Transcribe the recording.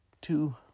two